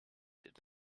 did